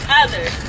others